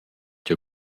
cha